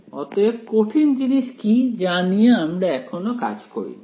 অতএব কঠিন জিনিস কি যা নিয়ে আমরা এখনো কাজ করিনি